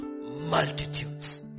multitudes